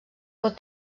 pot